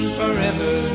forever